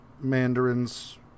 Mandarin's